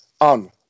on